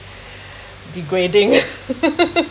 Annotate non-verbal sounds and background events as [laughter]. [breath] degrading [laughs]